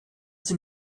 sie